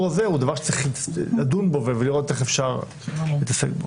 הזה הוא דבר שצריך לדון בו ולראות איך אפשר להתעסק בו.